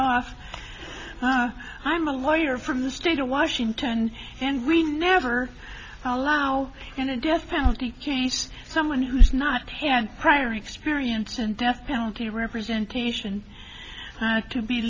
off i'm a lawyer from the state of washington and we never allow and a death penalty case someone who's not had prior experience in death penalty representation to be